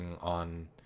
on